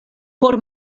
por